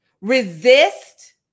Resist